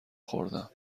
خوردم